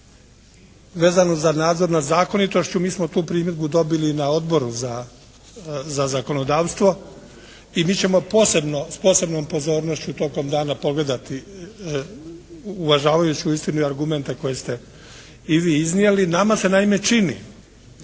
vezano za nadzor nad zakonitošću mi smo tu primjedbu dobili na Odboru za zakonodavstvo i mi ćemo posebno, s posebnom pozornošću tokom dana pogledati uvažavajući uistinu i argumente koje ste i vi iznijeli. Nama se naime čini